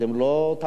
אתם לא תמכתם בו?